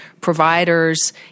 providers